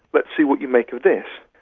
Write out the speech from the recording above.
but see what you make of this.